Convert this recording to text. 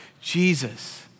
Jesus